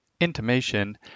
intimation